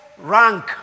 rank